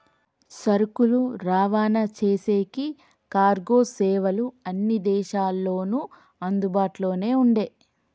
సరుకులు రవాణా చేసేకి కార్గో సేవలు అన్ని దేశాల్లోనూ అందుబాటులోనే ఉండే